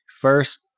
First